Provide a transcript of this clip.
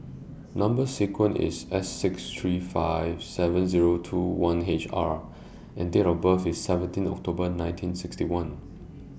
Number sequence IS S six three five seven Zero two one R and Date of birth IS seventeen October nineteen sixty one